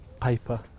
paper